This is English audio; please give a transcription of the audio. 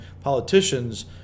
politicians